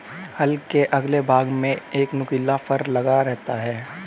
हल के अगले भाग में एक नुकीला फर लगा होता है